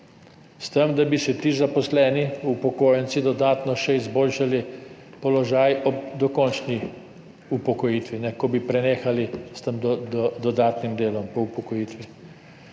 S tem da bi si ti zaposleni upokojenci dodatno še izboljšali položaj ob dokončni upokojitvi, ko bi prenehali s tem dodatnim delom po upokojitvi.